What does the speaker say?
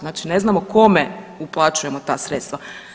Znači ne znamo kome uplaćujemo ta sredstva.